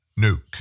nuke